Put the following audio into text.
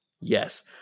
Yes